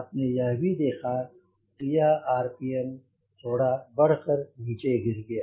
आपने यह भी देखा की यह आरपीएम थोड़ा बढ़ कर नीचे गिर गया